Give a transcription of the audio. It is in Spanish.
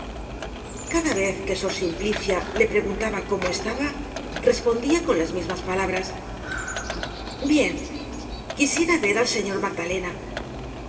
cada vez que sor simplicia le preguntaba cómo estaba respondia con las mismas palabras bien quisiera ver al señor magdalena